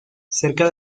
cerca